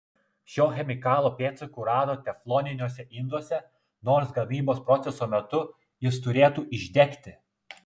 šio chemikalo pėdsakų rado tefloniniuose induose nors gamybos proceso metu jis turėtų išdegti